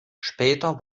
später